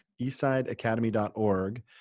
Eastsideacademy.org